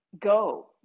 go